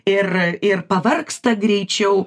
ir ir pavargsta greičiau